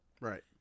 Right